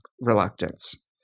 reluctance